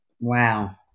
Wow